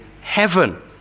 heaven